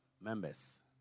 members